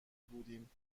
بودیم